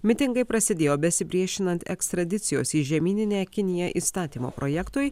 mitingai prasidėjo besipriešinant ekstradicijos į žemyninę kiniją įstatymo projektui